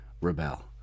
rebel